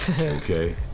Okay